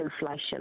inflation